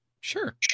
Sure